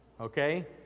okay